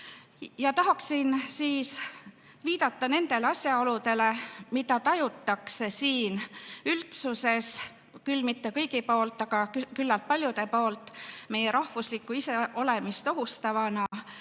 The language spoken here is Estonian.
Tahan viidata nendele asjaoludele, mida tajutakse üldsuses – küll mitte kõigi poolt, aga küllalt paljude poolt – meie rahvuslikku iseolemist ohustavana.